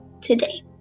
today